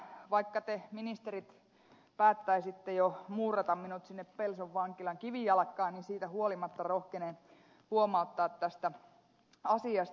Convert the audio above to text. vaikka te ministerit päättäisitte jo muurata minut sinne pelson vankilan kivijalkaan niin siitä huolimatta rohkenen huomauttaa tästä asiasta